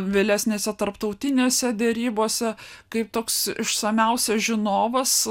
vėlesnėse tarptautinėse derybose kaip toks išsamiausias žinovas